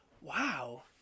Wow